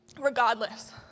Regardless